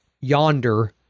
yonder